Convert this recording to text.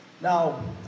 now